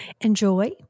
enjoy